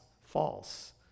false